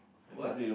what